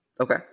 Okay